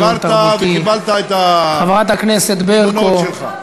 דיברת וקיבלת את התמונות שלך.